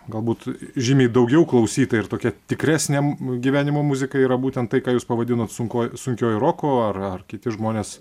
galbūt žymiai daugiau klausyta ir tokia tikresnė m gyvenimo muzika yra būtent tai ką jūs pavadinot sunkuo sunkiuoju roku ar ar kiti žmonės